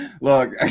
look